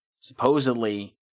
Supposedly